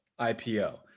IPO